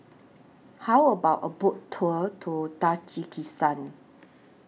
How about A Boat Tour to Tajikistan